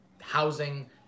housing